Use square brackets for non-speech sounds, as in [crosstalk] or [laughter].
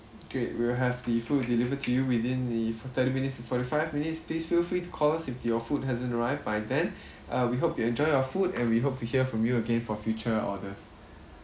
great we'll have the food delivered to you within the for thirty minutes to forty five minutes please feel free to call us if your food hasn't arrived by then [breath] uh we hope you enjoy your food and we hope to hear from you again for future orders